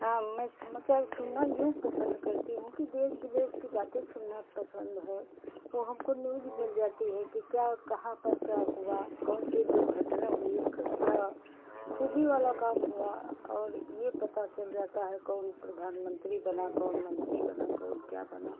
हाँ मैं समाचार सुनना यूँ पसंद करती हूँ कि देश विदेश की बातें सुनना पसंद है वो हमको न्यूज़ मिल जाती है कि क्या कहाँ पर क्या हुआ कौन सी दुर्घटना हुई क्या खूबी वाला काम हुआ और ये पता चल जाता है कौन प्रधानमन्त्री बना कौन मन्त्री बना कौन क्या बना